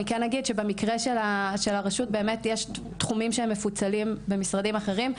במקרה של הרשות יש תחומים שמפוצלים במשרדים אחרים.